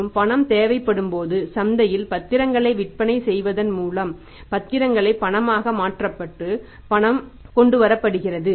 மற்றும் பணம் தேவைப்படும்போது சந்தையில் பத்திரங்களை விற்பனை செய்வதன் மூலம் பத்திரங்கள் பணமாக மாற்றப்பட்டு பணம் கொண்டு வரப்படுகிறது